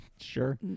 Sure